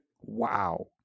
Wow